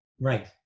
Right